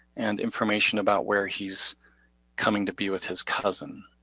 and information about where he's coming to be with his cousin.